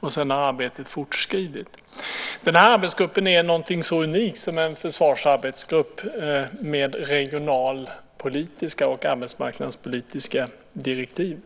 och sedan har arbetet fortskridit. Den här arbetsgruppen är någonting så unikt som en försvarsarbetsgrupp med regionalpolitiska och arbetsmarknadspolitiska direktiv.